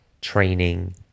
training